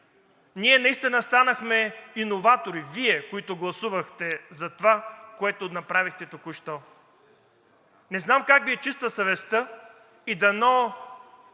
Ние наистина станахме иноватори – Вие, които гласувахте за това, което направихте току-що. Не знам как Ви е чиста съвестта и дано